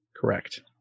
Correct